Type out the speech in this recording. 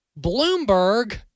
Bloomberg